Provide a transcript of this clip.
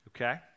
Okay